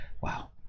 wow